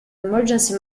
emergency